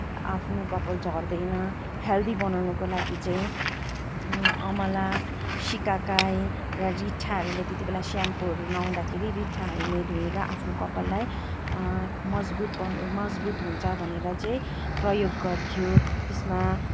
आफ्नो कपाल झर्दैन हेल्दी बनाउनुको लागि चाहिँ अमला सिकाकाई र रिठ्ठाहरूले त्यतिबेला स्याम्पुहरू नहुँदाखेरि रिठ्ठाहरूले धोएर आफ्नो कपाललाई मजबुत बन मजबुत हुन्छ भनेर चाहिँ प्रयोग गर्थ्यो त्यसमा